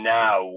now